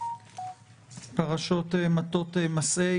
פרשות מטות-מסעי,